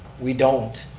we don't.